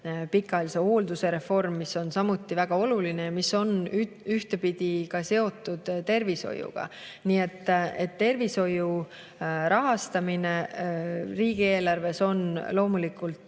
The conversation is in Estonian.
pikaajalise hoolduse reform, mis on samuti väga oluline ja mis on ühtpidi seotud tervishoiuga. Nii et tervishoiu rahastamine on riigieelarves loomulikult